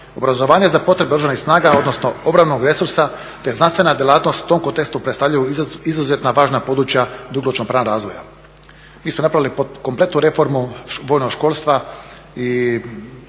Obrazovanje za potrebe Oružanih snaga odnosno obrambenog resursa, te znanstvena djelatnost u tom kontekstu predstavljaju izuzetno važna područja dugoročnog plana razvoja. Mi smo napravili kompletnu reformu vojnog školstva i